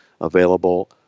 available